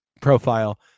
profile